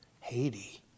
Haiti